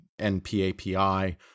NPAPI